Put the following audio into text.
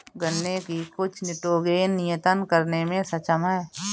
गन्ने की कुछ निटोगेन नियतन करने में सक्षम है